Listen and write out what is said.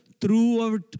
throughout